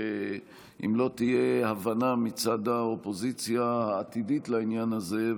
שאם לא תהיה הבנה מצד האופוזיציה העתידית לעניין הזה,